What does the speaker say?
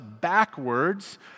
backwards